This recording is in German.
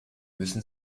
müssen